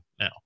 Now